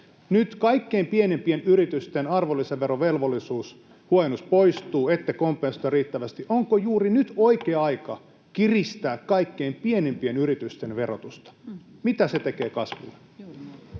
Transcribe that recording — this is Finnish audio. Nyt kaikkein pienimpien yritysten arvonlisäverovelvollisuushuojennus poistuu. Ette kompensoi sitä riittävästi. Onko juuri nyt oikea aika kiristää kaikkein pienimpien yritysten verotusta?